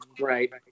Right